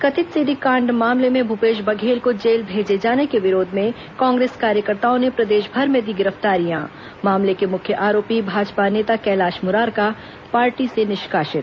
कथित सीडी कांड मामले में भूपेश बघेल को जेल भेजे जाने के विरोध में कांग्रेस कार्यकर्ताओं ने प्रदेशभर में दी गिरफ्तारियां मामले के मुख्य आरोपी भाजपा नेता कैलाश मुरारका पार्टी से निष्कासित